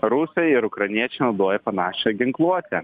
rusai ir ukrainiečiai naudoja panašią ginkluotę